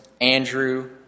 Andrew